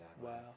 Wow